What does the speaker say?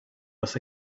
was